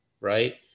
Right